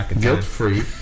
guilt-free